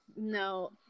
No